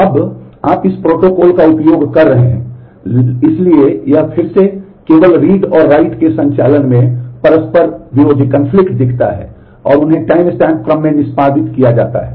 अब आप इस प्रोटोकॉल का उपयोग कर रहे हैं इसलिए यह फिर से केवल रीड और राइट दिखता है और उन्हें टाइमस्टैम्प क्रम में निष्पादित किया जाता है